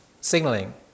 signaling